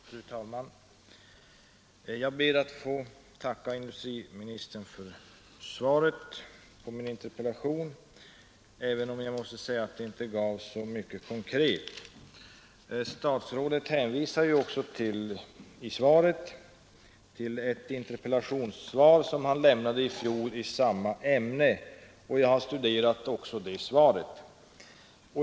Fru talman! Jag ber att få tacka industriministern för svaret på min interpellation, även om jag måste säga att det inte gav så mycket konkret. Statsrådet hänvisar i svaret till ett interpellationssvar som han lämnade i fjol i samma ämne, och jag har studerat också det.